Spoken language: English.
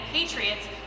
Patriots